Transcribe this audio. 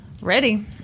Ready